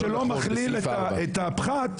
בסעיף 4 --- ואני לא מבין תחשיב שלא מכליל את הפחת,